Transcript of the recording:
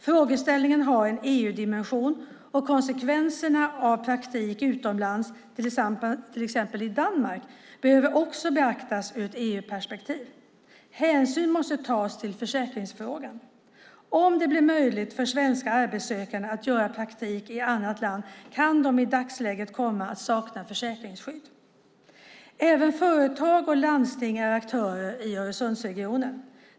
Frågeställningen har en EU-dimension, och konsekvenserna av praktik utomlands, till exempel i Danmark, behöver också beaktas ur ett EU-perspektiv. Hänsyn måste tas till försäkringsfrågan. Om det blir möjligt för svenska arbetssökande att göra praktik i annat land kan de i dagsläget komma att sakna försäkringsskydd. Även företag och landsting är aktörer i Öresundsintegrationen.